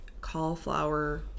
cauliflower